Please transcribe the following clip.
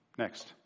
Next